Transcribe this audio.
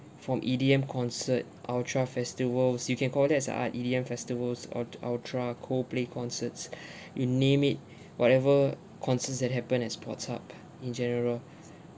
from E_D_M concert ultra festivals you can call that as a art E_D_M festivals or ultra coldplay concerts you name it whatever concerts that happened as ports up in general